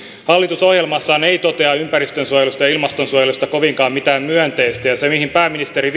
hallitus ohjelmassaan ei totea ympäristönsuojelusta ja ilmastonsuojelusta mitään kovinkaan myönteistä ja siinä mihin pääministeri